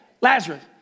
Lazarus